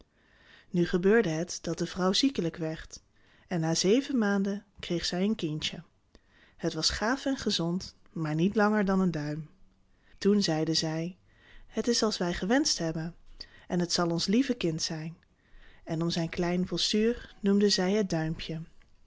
nu gebeurde het dat de vrouw ziekelijk werd en na zeven maanden kreeg zij een kindje het was gaaf en gezond maar niet langer dan een duim toen zeiden zij het is als wij gewenscht hebben en het zal ons lieve kind zijn en om zijn klein postuur noemden zij het duimpje